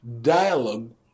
dialogue